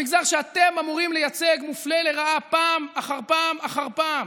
המגזר שאתם אמורים לייצג מופלה לרעה פעם אחר פעם אחר פעם.